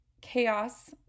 chaos